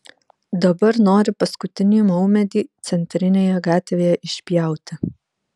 dabar nori paskutinį maumedį centrinėje gatvėje išpjauti